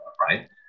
right